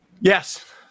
Yes